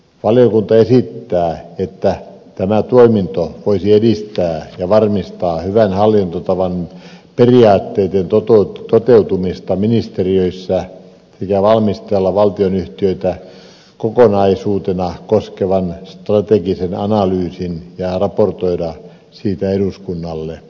valiokunta esittää että tämä toiminto voisi edistää ja varmistaa hyvän hallintotavan periaatteiden toteutumista ministeriöissä sekä valmistella valtionyhtiöitä kokonaisuutena koskevan strategisen analyysin ja raportoida siitä eduskunnalle